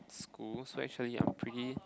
school so actually I'm pretty